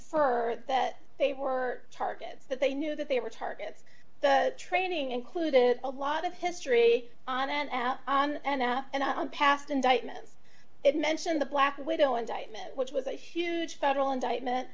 for that they were targets that they knew that they were targets the training included a lot of history on and out and out and i'm past indictments it mentioned the black widow indictment which was a huge federal indictment